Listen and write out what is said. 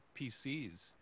PCs